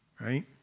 Right